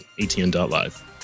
atn.live